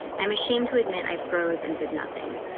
i'm ashamed to admit i froze and did nothing.